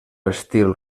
estil